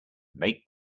make